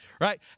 right